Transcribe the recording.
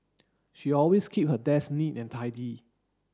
she always keep her desk neat and tidy